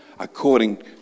according